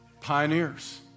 Pioneers